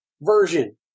version